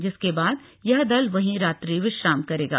जिसके बाद यह दल वहीं रात्रि विश्राम करेगा